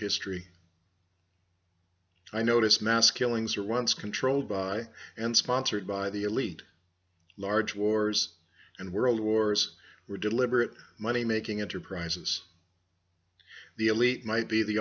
history i notice mass killings are once controlled by and sponsored by the elite large wars and world wars were deliberate money making enterprises the elite might be the